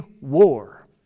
war